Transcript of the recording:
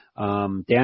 Dan